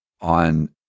on